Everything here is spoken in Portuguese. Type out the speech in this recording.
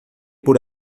por